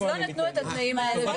אז לא נתנו את התנאים האלה.